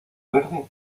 verde